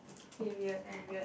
k weird I'm weird